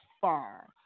far